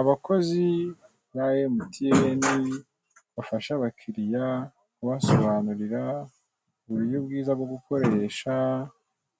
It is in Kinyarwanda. Abakozi ba MTN bafasha abakiliya kubasobanurira uburyo bwiza bwo gukoresha